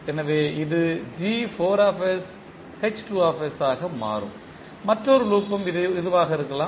எனவே இது ஆக மாறும் மற்றொரு லூப் ம் இதுவாக இருக்கலாம்